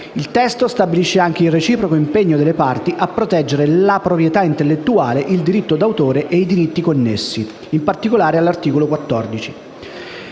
Il testo stabilisce anche il reciproco impegno delle parti a proteggere la proprietà intellettuale, il diritto d'autore e i diritti connessi, in particolare all'articolo 14.